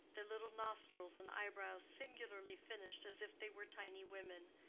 their little nostrils and eyebrows singularly finished as if they were tiny women,